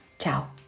Ciao